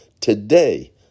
Today